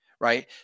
right